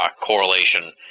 correlation